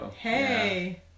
Hey